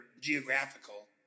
geographical